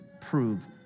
prove